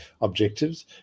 objectives